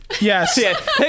Yes